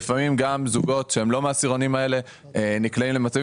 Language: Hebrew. בהם לפעמים גם זוגות שהם לא מהעשירונים האלה נקלעים למצבים